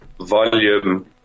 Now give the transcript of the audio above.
volume